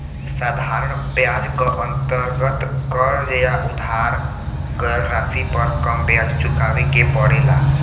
साधारण ब्याज क अंतर्गत कर्ज या उधार गयल राशि पर कम ब्याज चुकावे के पड़ेला